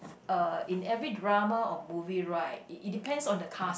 uh in every drama or movie right it it depends on the cast